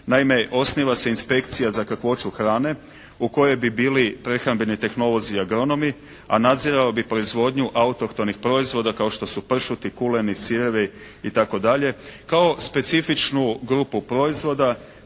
Naime, osniva se inspekcija za kakvoću hrane u kojoj bi bili prehrambeni tehnolozi i agronomi, a nadzirali bi proizvodnju autohtonih proizvoda kao što su pršuti, kuleni, sirevi itd. kao specifičnu grupu proizvoda